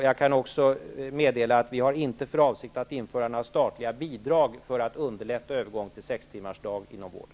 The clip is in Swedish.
Jag kan också meddela att vi inte har för avsikt att införa några statliga bidrag för att underlätta en övergång till sextimmarsdag inom vården.